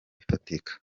ifatika